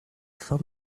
some